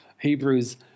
Hebrews